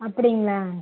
அப்படிங்களா